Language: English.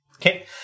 Okay